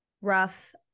rough